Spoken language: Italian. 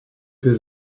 per